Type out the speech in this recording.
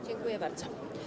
Dziękuję bardzo.